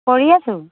কৰি আছো